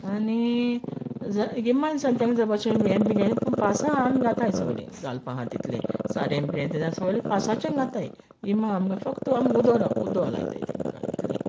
आनी गिमा दिसान तेंक जोबोरशें हें बीन घायनाय पावसांत आमी घाताय सोगळीं घालपा आहा तितलें सारें बिरें सोगळें पासाचें घाताय गिमा फक्त आमी उदो लायताय तेंकां इतलें